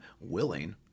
willing